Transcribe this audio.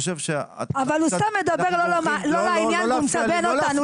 אבל הוא סתם מדבר לא לעניין והוא מסבן אותנו.